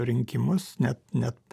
rinkimus net net